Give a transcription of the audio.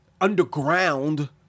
underground